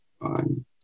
on